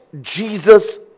Jesus